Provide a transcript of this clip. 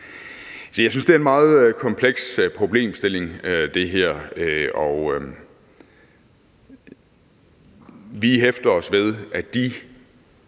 jeg synes, det her er en meget kompleks problemstilling, og vi hæfter os ved, at de